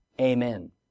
Amen